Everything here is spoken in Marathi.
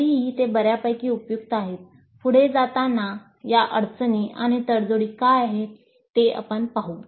तरीही ते बर्यापैकी उपयुक्त आहेत पुढे जाताना या अडचणी आणि तडजोडी काय आहेत हे आपण पाहू